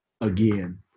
again